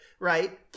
right